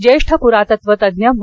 ज्येष्ठ प्रातत्त्वतज्ज्ञ म